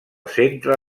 centre